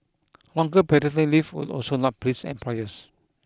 longer paternity leave would also not please employers